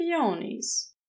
peonies